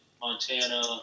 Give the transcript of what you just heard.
Montana